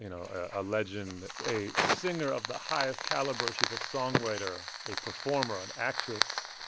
you know a legend, a singer of the highest caliber. she's a songwriter, a performer, an actress,